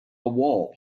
wall